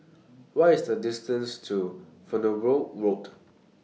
What IS The distance to Farnborough Road